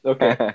Okay